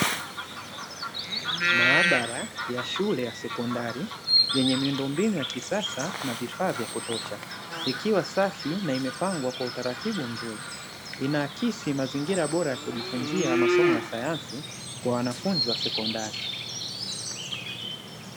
Maabara ya shule ya sekondari, yenye miundombinu ya kisasa na vifaa vya kutosha, ikiwa safi na imepangwa kwa utaratibu mzuri, inaakisi mazingira bora ya kujifunzia masomo ya sayansi kwa wanafunzi wa sekondari.